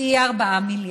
" יהיה 4 מיליארד.